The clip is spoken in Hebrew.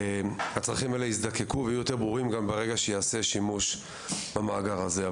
הצרכים האלה יזדקקו ויהיו יותר ברורים גם ברגע שייעשה שימוש במאגר הזה.